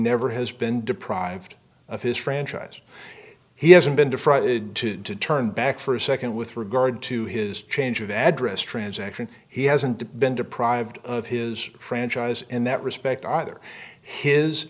never has been deprived of his franchise he hasn't been defrauded to turn back for a second with regard to his change of address transaction he hasn't been deprived of his franchise in that respect either his